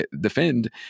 defend